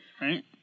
right